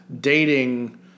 dating